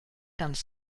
ganz